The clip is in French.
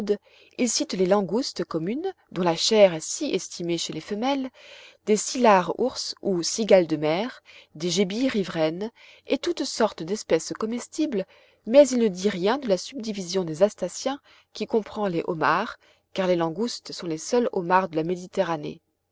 il cite des langoustes communes dont la chair est si estimée chez les femelles des scyllares ours ou cigales de mer des gébies riveraines et toutes sortes d'espèces comestibles mais il ne dit rien de la subdivision des astaciens qui comprend les homards car les langoustes sont les seuls homards de la méditerranée